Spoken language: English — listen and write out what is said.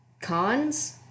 Cons